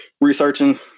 researching